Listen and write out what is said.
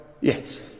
Yes